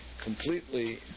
completely